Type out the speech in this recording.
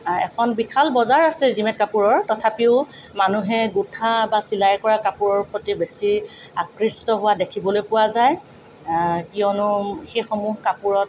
এখন বিশাল বজাৰ আছে ৰেডিমে'ড কাপোৰৰ তথাপিও মানুহে গোঁঠা বা চিলাই কৰা কাপোৰৰ প্ৰতি বেছি আকৃষ্ট হোৱা দেখিবলৈ পোৱা যায় কিয়নো সেইসমূহ কাপোৰত